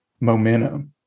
momentum